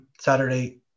Saturday